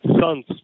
son's